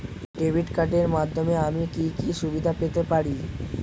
Debit কার্ডের মাধ্যমে আমি কি কি সুবিধা পেতে পারি?